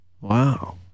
Wow